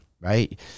right